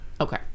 Okay